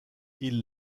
ils